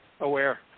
aware